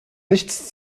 nichts